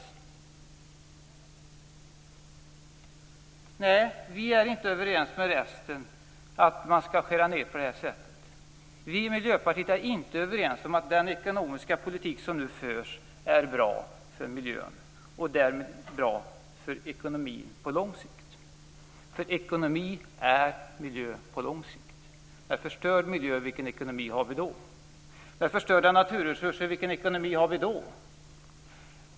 Men nej, vi är inte överens med er andra om att man skall skära ned på det här sättet. Vi i Miljöpartiet håller inte med om att den ekonomiska politik som nu förs är bra för miljön och därmed bra för ekonomin på lång sikt. Ekonomi är nämligen miljö på lång sikt. Med en förstörd miljö, vilken ekonomi har vi då? Med förstörda naturresurser, vilken ekonomi har vi då?